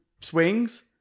swings